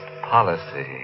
policy